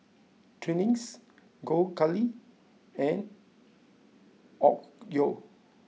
Twinings Gold Kili and Onkyo